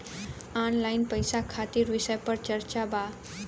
Online पैसा खातिर विषय पर चर्चा वा?